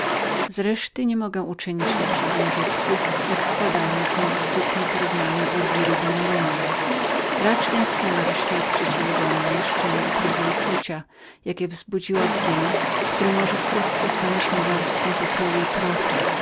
reszty niemogę uczynić lepszego użytku jak składając ją u stóp elwiry de norugna twojej nieporównanej świekry racz więc seor oświadczyć jej odemnie szczere i prawe uczucia jakie natchnęła temu który może wkrótce stanie się garstką popiołu i prochu